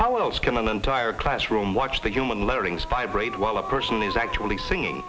how else can an entire classroom watch the human learning spy brain well the person is actually singing